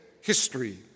history